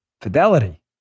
Fidelity